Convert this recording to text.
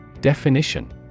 Definition